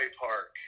Park